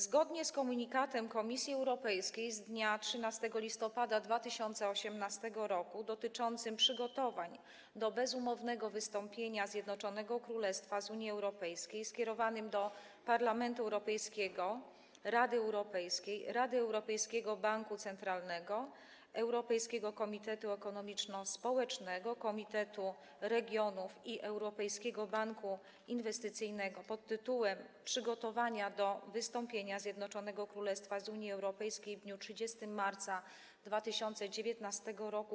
Zgodnie z komunikatem Komisji Europejskiej z dnia 13 listopada 2018 r. dotyczącym przygotowań do bezumownego wystąpienia Zjednoczonego Królestwa z Unii Europejskiej skierowanym do Parlamentu Europejskiego, Rady Europejskiej, rady Europejskiego Banku Centralnego, Europejskiego Komitetu Ekonomiczno-Społecznego, Komitetu Regionów i Europejskiego Banku Inwestycyjnego pt. „Przygotowania do wystąpienia Zjednoczonego Królestwa z Unii Europejskiej w dniu 30 marca 2019 r.